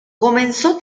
comenzó